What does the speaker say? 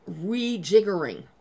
rejiggering